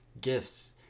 Gifts